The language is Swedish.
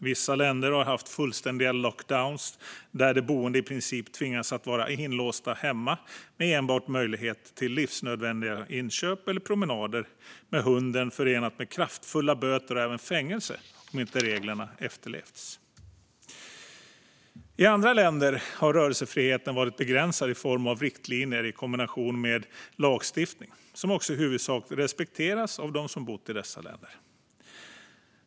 Vissa länder har haft fullständiga lockdowns där de boende i princip tvingats vara inlåsta hemma med möjlighet till enbart livsnödvändiga inköp eller promenader med hunden - detta förenat med kraftfulla böter och även fängelse om inte reglerna efterlevts. I andra länder har rörelsefriheten varit begränsad i form av riktlinjer i kombination med lagstiftning, vilket också i huvudsak respekterats av de boende i dessa länder.